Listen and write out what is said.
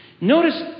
Notice